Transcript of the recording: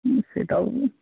সেটাও